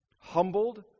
humbled